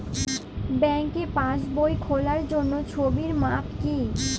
ব্যাঙ্কে পাসবই খোলার জন্য ছবির মাপ কী?